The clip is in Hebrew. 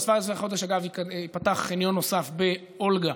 ב-17 בחודש ייפתח חניון נוסף באולגה,